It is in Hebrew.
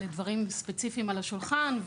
לדברים ספציפיים שעל השולחן.